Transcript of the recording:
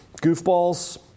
goofballs